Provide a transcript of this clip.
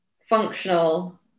functional